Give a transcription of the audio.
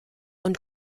und